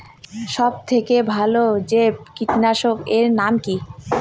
সব থেকে ভালো জৈব কীটনাশক এর নাম কি?